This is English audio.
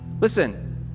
Listen